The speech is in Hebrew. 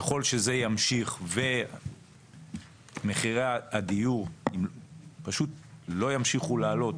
ככל שזה ימשיך ומחירי הדיור פשוט לא ימשיכו לעלות,